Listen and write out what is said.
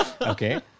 Okay